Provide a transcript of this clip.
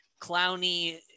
clowny